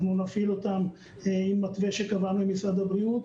אנחנו נפעיל אותם עם מתווה שקבענו עם משרד הבריאות.